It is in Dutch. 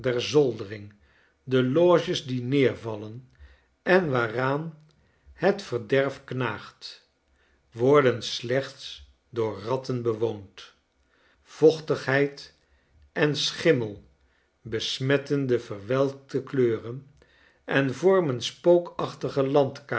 de loges die neer vail en en waaraan het verder f knaagt worden slechts door ratten bewoond vochtigheid en schimmel besmetten de verwelkte kleuren en vormenspookachtigelandkaartenopdepaneelen smerige